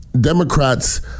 Democrats